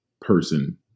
person